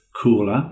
cooler